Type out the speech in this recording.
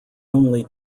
only